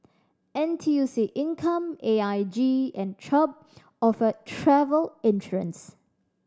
N T U C Income A I G and Chubb offer travel insurance